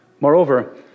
Moreover